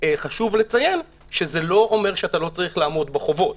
חשוב לציין שזה לא אומר שאתה לא צריך לעמוד בחובות.